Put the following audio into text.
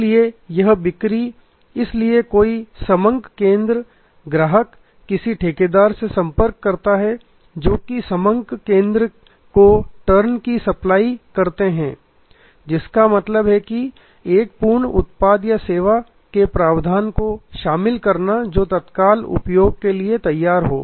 इसलिए यह बिक्री इसलिए कोई समंक केंद्र ग्राहक किसी ठेकेदार से संपर्क करता है जोकि समंक केंद्र को टर्नकी सप्लाई करते हैं जिसका मतलब है एक पूर्ण उत्पाद या सेवा के प्रावधान को शामिल करना जो तत्काल उपयोग के लिए तैयार है